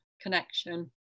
connection